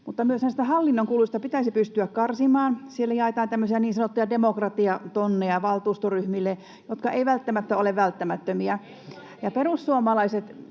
mutta myös näistä hallinnon kuluista pitäisi pystyä karsimaan. Siellä jaetaan tämmöisiä niin sanottuja demokratiatonneja valtuustoryhmille, jotka eivät välttämättä ole välttämättömiä.